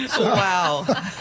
Wow